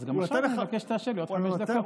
אז גם עכשיו אני מבקש שתאשר לי עוד חמש דקות.